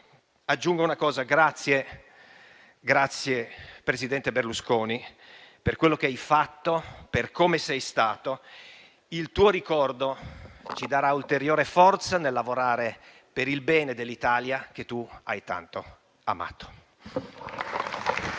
Aggiungo ancora un pensiero: grazie, presidente Berlusconi, per quello che hai fatto, per come sei stato, il tuo ricordo ci darà ulteriore forza nel lavorare per il bene dell'Italia che tu hai tanto amato.